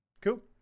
Cool